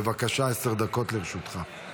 בבקשה, עשר דקות לרשותך.